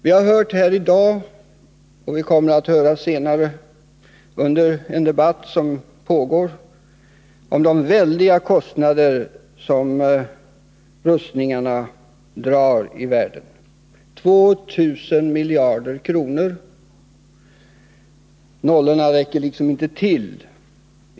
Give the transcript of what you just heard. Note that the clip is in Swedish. Vi har hört i dag — och vi kommer att höra det senare under den debatt som pågår — om de väldiga kostnader som rustningarna drar i världen: 2 000 miljarder kronor om året — nollorna räcker liksom inte till.